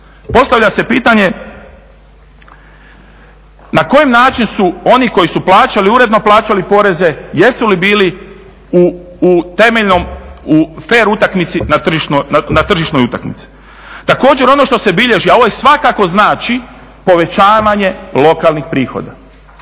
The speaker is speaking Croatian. Postavlja se pitanje na koji način su oni koji su plaćali uredno plaćali poreze jesu li bili u temeljnom, u fer utakmici na tržišnoj utakmici. Također ono što se bilježi, a ovo i svakako znači povećavanje lokalnih prihoda.